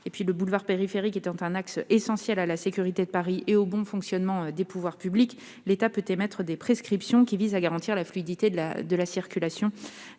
ailleurs, le boulevard périphérique étant un axe essentiel à la sécurité de Paris et au bon fonctionnement des pouvoirs publics, l'État peut émettre des prescriptions qui visent à garantir la fluidité de la circulation